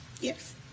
Yes